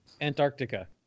Antarctica